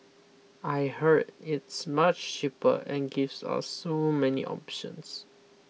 I heard it's much cheaper and gives us so many options